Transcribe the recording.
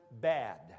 bad